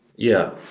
yeah.